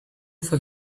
for